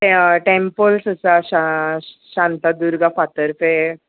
temples आसा शा शांतादुर्गा फातर्पें